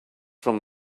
from